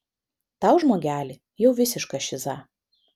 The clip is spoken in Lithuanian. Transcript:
tau žmogeli jau visiška šiza